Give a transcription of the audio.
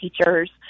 teachers